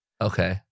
Okay